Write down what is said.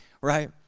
right